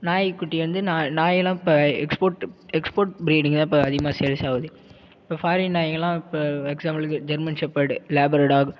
நாய் குட்டி வந்து நாய் நாயெல்லாம் இப்போ எக்ஸ்ப்போர்ட் எக்ஸ்ப்போர்ட் ப்ரீடிங் தான் இப்போ அதிகமாக சேல்ஸ் ஆவுது இப்போ ஃபாரின் நாய்ங்கள்லாம் இப்போ எக்ஸாம்பிளுக்கு ஜெர்மன் ஷெப்பேடு லேபர் டாக்